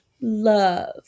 Love